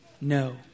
No